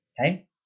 okay